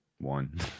One